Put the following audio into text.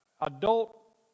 adult